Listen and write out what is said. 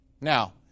Now